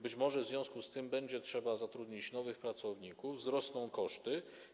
Być może w związku z tym będzie trzeba zatrudnić nowych pracowników i wzrosną koszty.